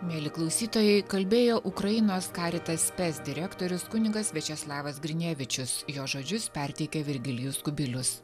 mieli klausytojai kalbėjo ukrainos karitas spes direktorius kunigas viačeslavas grinevičius jo žodžius perteikė virgilijus kubilius